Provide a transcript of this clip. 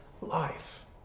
life